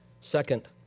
Second